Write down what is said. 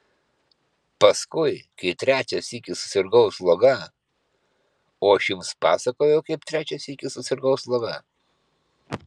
paskui kai trečią sykį susirgau sloga o aš jums pasakojau kaip trečią sykį susirgau sloga